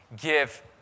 give